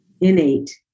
innate